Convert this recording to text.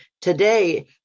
Today